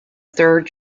third